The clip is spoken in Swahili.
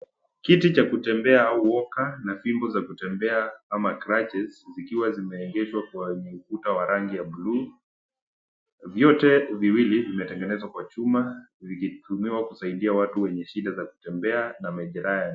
kiti cha kutembea au walker ,na fimbo za kutembea ama [,cs]clutches ,zikiwe zimeegeshwa kwenye ukuta wa rangi ya blue .Vyote viwili vimetengenezwa kwa chuma, vikitumiwa kusaidia watu wenye shida za kutembea na majeraha ya